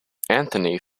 anthony